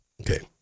Okay